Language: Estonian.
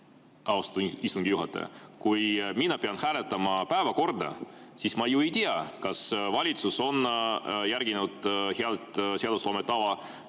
austatud istungi juhataja, kui mina pean hääletama päevakorda, siis ma ju ei tea, kas valitsus on järginud hea seadusloome tava,